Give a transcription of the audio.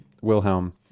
Wilhelm